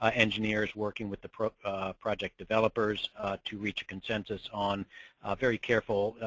ah engineers working with the project developers to reach a consensus on very careful,